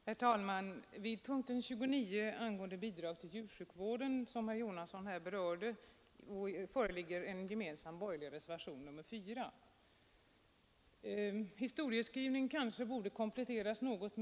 Herr talman! Vid punkten 29 angående bidrag till djursjukvård, som herr Jonasson nyss berörde, föreligger en gemensam borgerlig reservation nr 4. Herr Jonassons historieskrivning kanske borde kompletteras något.